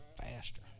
faster